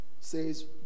says